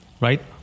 right